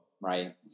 right